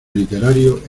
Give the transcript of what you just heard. literario